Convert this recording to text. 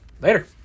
Later